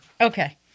Okay